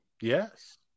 Yes